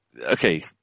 Okay